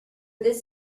this